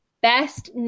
best